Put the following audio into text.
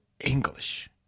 English